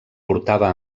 portava